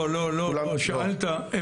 לא, שאלת.